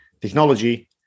technology